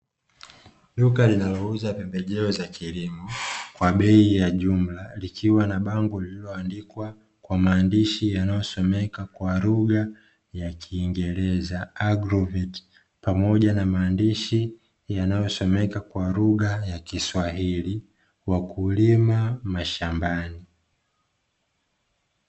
Duka linalouza pembejeo za kilimo kwa bei ya jumla, likiwa na bango lililoandikwa kwa maandishi yanayosomeka kwa lugha ya kiingereza Agroveti, pamoja na maandishi yanayosomeka kwa lugha ya kiswahili, "Wakulima Mashambani".